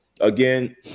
Again